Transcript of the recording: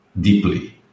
deeply